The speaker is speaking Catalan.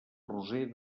roser